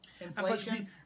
inflation